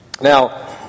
Now